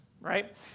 right